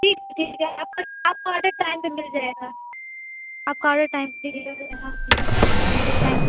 ٹھیک ٹھیک ہے آپ کا آپ کا آرڈر ٹائم پہ مل جائے گا آپ کا آرڈر ٹائم پہ اوکے تھینک